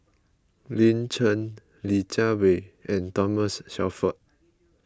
Lin Chen Li Jiawei and Thomas Shelford